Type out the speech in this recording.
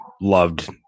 loved